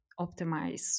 optimize